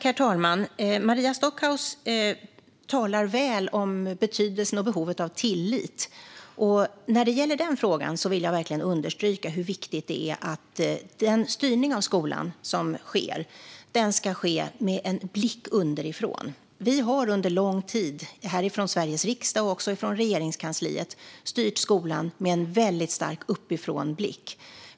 Herr talman! Maria Stockhaus talar väl om betydelsen och behovet av tillit. I den frågan vill jag verkligen understryka hur viktigt det är att styrningen av skolan ska ske med en blick underifrån. Under lång tid från Sveriges riksdag och från Regeringskansliet har vi styrt skolan med en stark uppifrånblick.